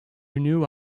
renew